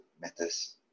matters